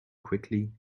quickly